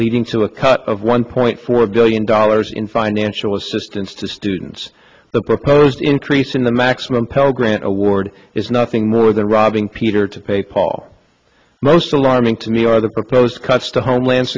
leading to a cut of one point four billion dollars in financial assistance to students the proposed increase in the maximum pell grant award is nothing more than robbing peter to pay paul most alarming to me are the proposed cuts to homeland